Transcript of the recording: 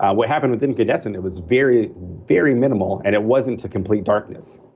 ah what happened with incandescent it was very, very minimal and it wasn't to complete darkness.